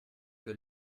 que